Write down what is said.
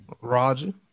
Roger